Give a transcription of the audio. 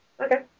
Okay